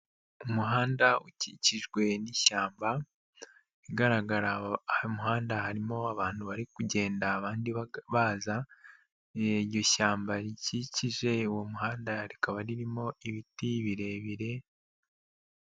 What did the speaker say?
Umuhanda ukikijwe n'ishyamba, igaragara umuhanda harimo abantu bari kugenda abandi baza, iryo shyamba rikikije uwo muhanda rikaba ririmo ibiti birebire.